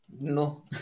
No